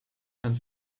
and